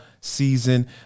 season